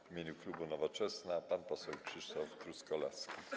W imieniu klubu Nowoczesna pan poseł Krzysztof Truskolaski.